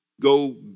go